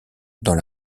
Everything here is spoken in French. dans